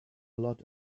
lot